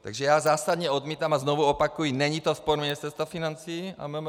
Takže já zásadně odmítám a znovu opakuji, není to sport Ministerstva financí a MMR.